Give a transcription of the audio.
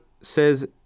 says